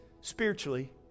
spiritually